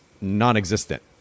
non-existent